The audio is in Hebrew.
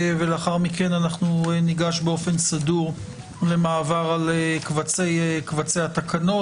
ולאחר מכן ניגש באופן סדור למעבר על קובצי התקנות.